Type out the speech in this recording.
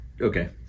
Okay